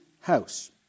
house